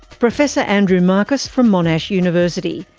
professor andrew marcus from monash university.